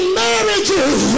marriages